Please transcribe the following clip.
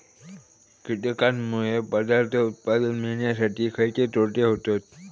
कीटकांनमुळे पदार्थ उत्पादन मिळासाठी खयचे तोटे होतत?